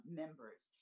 members